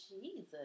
Jesus